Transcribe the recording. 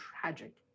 tragic